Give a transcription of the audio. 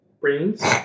brains